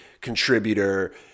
contributor